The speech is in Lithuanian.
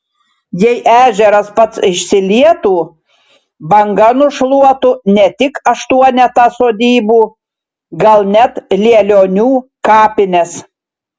jei ežeras pats išsilietų banga nušluotų ne tik aštuonetą sodybų gal net lielionių kapines